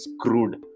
screwed